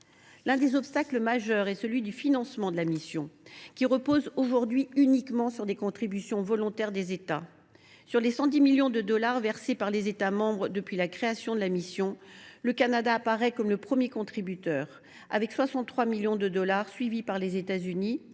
L’un des obstacles majeurs est le financement de la mission, qui repose aujourd’hui uniquement sur les contributions volontaires des États. Ainsi, sur les 110 millions de dollars versés par les États membres depuis la création de la mission, le Canada apparaît comme le premier contributeur, à hauteur de 63 millions de dollars, suivi par les États Unis,